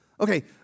Okay